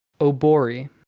Obori